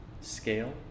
scale